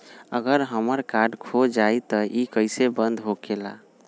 अगर हमर कार्ड खो जाई त इ कईसे बंद होकेला?